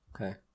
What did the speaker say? Okay